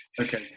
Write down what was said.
okay